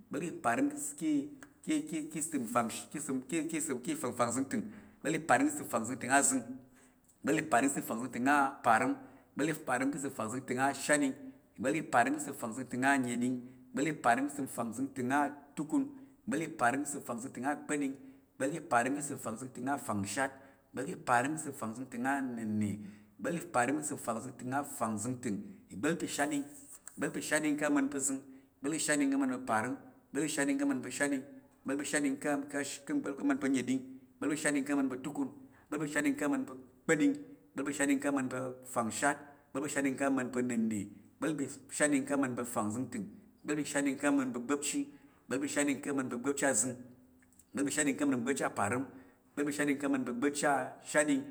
Ìgba̱l pa̱ parəm ka̱ ìsəm afangzəngtəng. ìgba̱l pa̱ parəm ka̱ ìsəm afangzəngtəng zəng. ìgba̱l pa̱ parəm ka̱ ìsəm afangzəngtəng aparəm. ìgba̱l pa̱ parəm ka̱ ìsəm afangzəngtəng shatɗing. ìgba̱l pa̱ parəm ka̱ ìsəm afangzəngtəng nəɗing. ìgba̱l pa̱ parəm ka̱ ìsəm afangzəngtəng atukun. ìgba̱l pa̱ parəm ka̱ ìsəm afangzəngtəng akpa̱ɗing. ìgba̱l pa̱ parəm ka̱ ìsəm afangzəngtəng afangshat. ìgba̱l pa̱ parəm ka̱ ìsəm afangzəngtəng anna̱nə. ìgba̱l pa̱ parəm ka̱ ìsəm afangzəngtəng afangzəngtəng. ìgba̱l pa̱ ìshatɗing. ìgba̱l pa̱ ìshatɗing ka̱ uzəng. ìgba̱l pa̱ ìshatɗing ka̱ uparəm. ìgba̱l pa̱ ìshatɗing ka̱ ushatɗing. ìgba̱l pa̱ ìshatɗing ka̱ nəɗing. ìgba̱l pa̱ ìshatɗing ka̱ utukun. ìgba̱l pa̱ ìshatɗing ka̱ ukpa̱ɗing. ìgba̱l pa̱ ìshatɗing ka̱ ufangshat. ìgba̱l pa̱ ìshatɗing ka̱ unənna̱. ìgba̱l pa̱ ìshatɗing ka̱ ufangzəngtəng. ìgba̱l pa̱ ìshatɗing ka̱ ugba̱pchi. ìgba̱l pa̱ ìshatɗing ka̱ ugba̱pchi azəng. ìgba̱l pa̱ ìshatɗing ka̱ ugba̱pchi aparəm. ìgba̱l pa̱ ìshatɗing ka̱ ugba̱pchi ashatɗing.